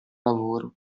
lavoro